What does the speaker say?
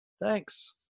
thanks